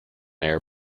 air